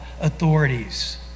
authorities